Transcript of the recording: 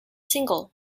single